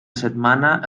setmana